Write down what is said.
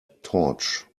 torch